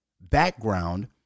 background